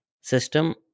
system